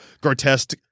grotesque